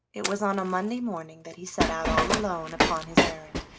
it was on a monday morning that he set out all alone upon his errand,